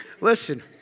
Listen